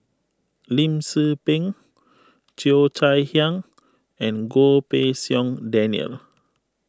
Lim Tze Peng Cheo Chai Hiang and Goh Pei Siong Daniel